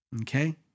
Okay